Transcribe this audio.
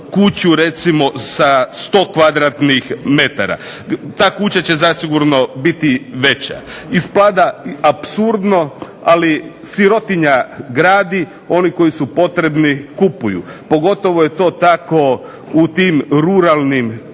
kuću recimo sa 100 m2, ta kuća će zasigurno biti veća. Ispada apsurdno, ali sirotinja gradi, oni koji su potrebni kupuju. Pogotovo je to tako u tim ruralnim krajevima.